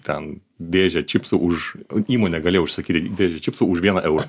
ten dėžę čipsų už įmonė galėjo užsakyti dėžę čipsų už vieną eurą